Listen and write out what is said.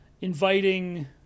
inviting